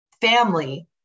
family